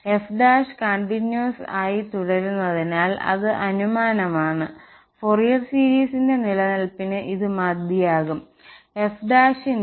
F continuous ആയി തുടരുന്നതിനാൽ അത് അനുമാനമാണ് ഫൊറിയർ സീരീസിന്റെ നിലനിൽപ്പിന് ഇത് മതിയാകും f ന്റെ